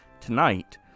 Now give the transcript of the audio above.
Tonight